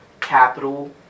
capital